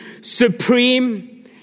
supreme